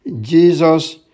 Jesus